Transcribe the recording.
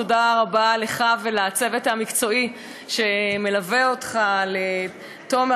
תודה רבה לך ולצוות המקצועי שמלווה אותך: לתומר,